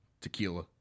tequila